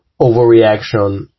overreaction